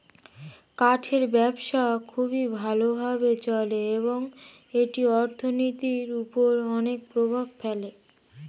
কাঠের ব্যবসা খুবই ভালো ভাবে চলে এবং এটি অর্থনীতির উপর অনেক প্রভাব ফেলে